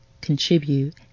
contribute